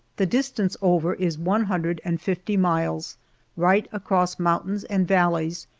the distance over is one hundred and fifty miles right across mountains and valleys,